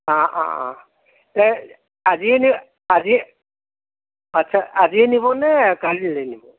অঁ অঁ অঁ আজি আজি আচ্ছা আজিয়ে নিবনে কালিলৈ নিব